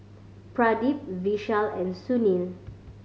Pradip Vishal and Sunil